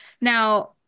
Now